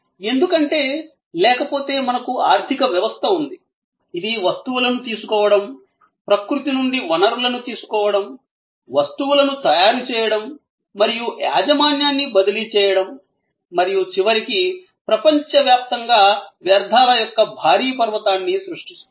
ఎందుకంటే లేకపోతే మనకు ఆర్థిక వ్యవస్థ ఉంది ఇది వస్తువులను తీసుకోవడం ప్రకృతి నుండి వనరులను తీసుకోవడం వస్తువులను తయారు చేయడం మరియు యాజమాన్యాన్ని బదిలీ చేయడం మరియు చివరికి ప్రపంచవ్యాప్తంగా వ్యర్థాల యొక్క భారీ పర్వతాన్ని సృష్టిస్తోంది